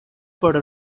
por